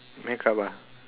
makeup ah